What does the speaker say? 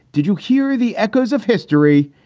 did you hear the echoes of history?